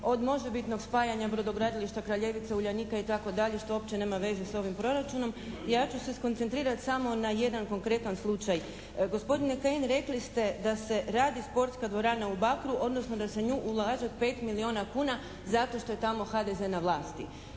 od možebitnog spajanja brodogradilišta Kraljevica, Uljanika itd. što uopće nema veze sa ovim proračunom ja ću se skoncentrirati samo na jedan konkretan slučaj. Gospodine Kajin, rekli ste da se radi sportska dvorana u Bakru odnosno da se u nju ulaže 5 milijuna kuna zato što je tamo HDZ na vlasti.